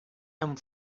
amb